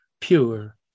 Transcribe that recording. pure